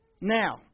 Now